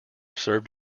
served